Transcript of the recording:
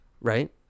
right